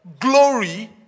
glory